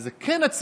אז זה כן הציבור.